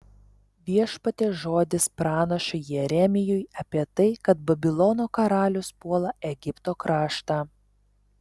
viešpaties žodis pranašui jeremijui apie tai kad babilono karalius puola egipto kraštą